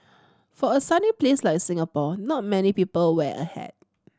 for a sunny place like Singapore not many people wear a hat